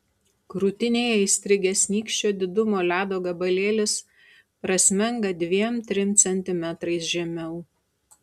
krūtinėje įstrigęs nykščio didumo ledo gabalėlis prasmenga dviem trim centimetrais žemiau